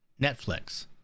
Netflix